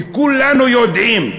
וכולנו יודעים,